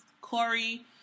Corey